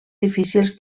difícils